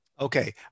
Okay